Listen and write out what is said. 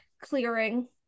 clearing